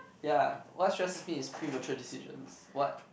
ya what stresses me is premature decisions what